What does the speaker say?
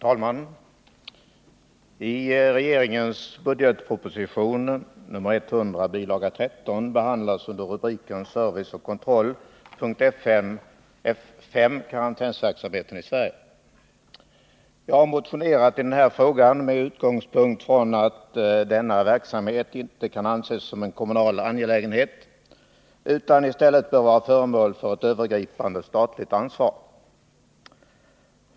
Fru talman! I budgetpropositionen, bilaga 13, behandlas under rubriken Service och kontroll, punkten F 5, karantänsverksamheten i Sverige. Jag har motionerat om finansieringen av denna verksamhet med utgångspunkt i att denna inte kan anses som en kommunal angelägenhet utan i stället bör vara föremål för ett övergripande statligt ansvar.